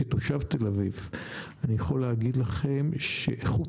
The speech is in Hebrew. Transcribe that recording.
כתושב תל אביב אני יכול להגיד לכם שאיכות